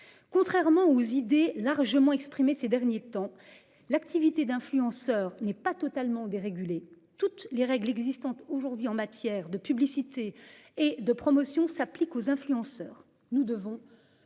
Contrairement aux idées largement exprimé ces derniers temps l'activité d'influenceurs n'est pas totalement dérégulé toutes les règles existantes aujourd'hui en matière de publicité et de promotion s'applique aux influenceurs, nous devons